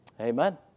Amen